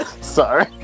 Sorry